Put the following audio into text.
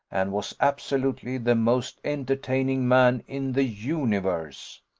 and was absolutely the most entertaining man in the universe.